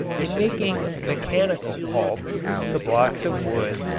in making mechanical pulp the blocks of wood,